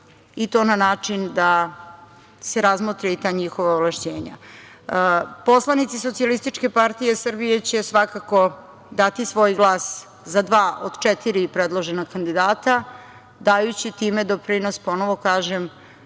i to na način da se razmotri i ta njihova ovlašćenja. Poslanici SPS će svakako dati svoj glas za dva od četiri predložena kandidata, dajući time doprinos, ponovo kažem,